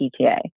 PTA